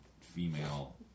female